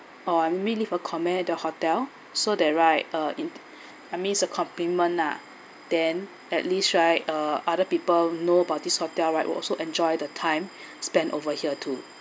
or I maybe leave a comment at the hotel so that right uh it I mean it's a compliment lah then at least right uh other people know about this hotel right will also enjoy the time spent over here too